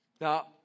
Now